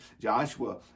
Joshua